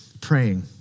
Praying